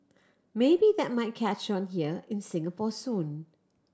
maybe that might catch on here in Singapore soon